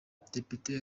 depite